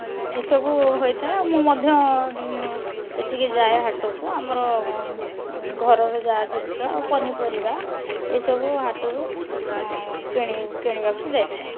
ଏସବୁ ହୋଇଥାଏ ମୁଁ ମଧ୍ୟ ସେଠିକି ଯାଏ ହାଟକୁ ଆମର ଘରର ଯାହା ଜିନିଷ ଆଉ ପନିପରିବା ଏଇସବୁ ହାଟରୁ କିଣି କିଣିବାକୁ ଯାଇଥାଏ